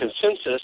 consensus